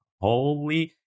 holy